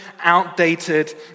outdated